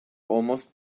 almost